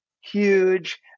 huge